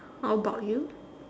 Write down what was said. how about you